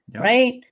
right